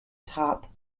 top